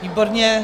Výborně.